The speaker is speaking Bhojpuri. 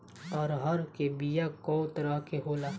अरहर के बिया कौ तरह के होला?